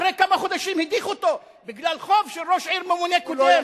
אחרי כמה חודשים הדיחו אותו בגלל חוב של ראש עיר ממונה קודם.